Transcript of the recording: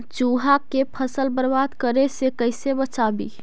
चुहा के फसल बर्बाद करे से कैसे बचाबी?